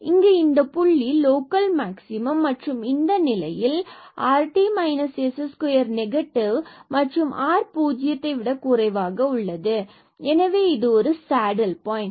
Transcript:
இங்கு இந்த புள்ளியானது லோக்கல் மேக்ஸிமம் மற்றும் இந்த நிலையில் rt s2 நெகட்டிவ் மற்றும் பூஜ்ஜியத்தை விட குறைவாக உள்ளது எனவே இது ஒரு சேடில் பாயின்ட்